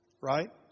Right